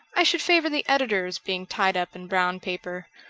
i should favour the editors being tied up in brown paper.